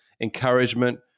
encouragement